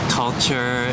culture